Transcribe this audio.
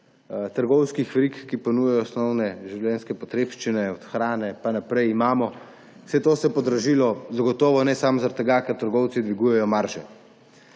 trgovskih verig, ki ponujajo osnovne življenjske potrebščine od hrane pa naprej, imamo. Vse to se je podražilo. Zagotovo ne samo zaradi tega, ker trgovci dvigujejo marže.